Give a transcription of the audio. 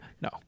no